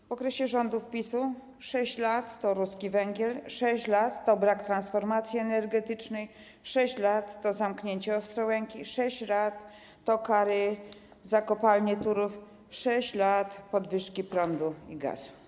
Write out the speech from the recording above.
W okresie rządów PiS-u 6 lat to ruski węgiel, 6 lat to brak transformacji energetycznej, 6 lat to zamknięcie elektrowni w Ostrołęce, 6 lat to kary za kopalnię Turów, 6 lat to podwyżki cen prądu i gazu.